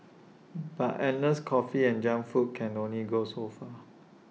but endless coffee and junk food can only go so far